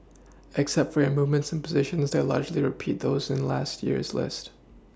except for your movements in positions they largely repeat those in last year's list